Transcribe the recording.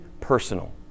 personal